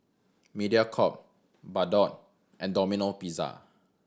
Mediacorp Bardot and Domino Pizza